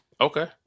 Okay